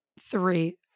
three